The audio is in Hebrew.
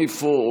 איפה?